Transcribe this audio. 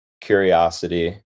curiosity